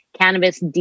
cannabis